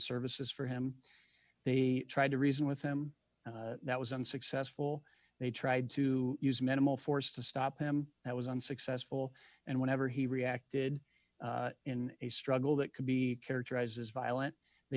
services for him they tried to reason with him that was unsuccessful they tried to use minimal force to stop him that was unsuccessful and whenever he reacted in a struggle that could be characterized as violent they